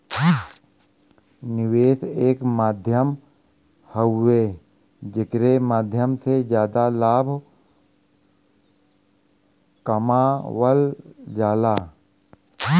निवेश एक माध्यम हउवे जेकरे माध्यम से जादा लाभ कमावल जाला